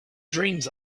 dreams